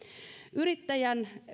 yrittäjän